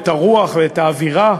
את הרוח ואת האווירה,